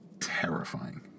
terrifying